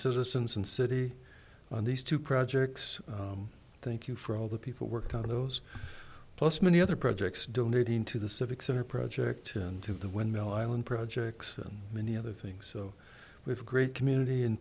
citizens and city on these two projects thank you for all the people worked on those plus many other projects donating to the civic center project and to the windmill island projects and many other things so with a great community and